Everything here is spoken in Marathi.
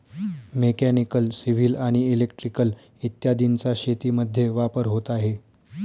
मेकॅनिकल, सिव्हिल आणि इलेक्ट्रिकल इत्यादींचा शेतीमध्ये वापर होत आहे